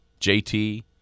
JT